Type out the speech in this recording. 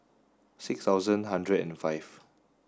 six thousand hundred and five